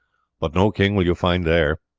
but no king will you find there.